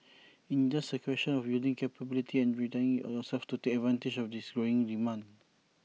in just A question of building capability and readying yourselves to take advantage of this growing demand